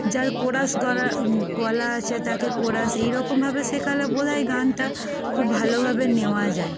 যার কোরাস গড় গলা আছে তাকে কোরাস এইরকমভাবে শেখালে বোধহয় গানটা খুব ভালোভাবে নেওয়া যায়